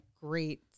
great